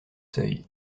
seuils